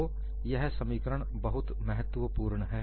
तो यह समीकरण बहुत महत्वपूर्ण है